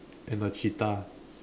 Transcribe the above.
and a cheetah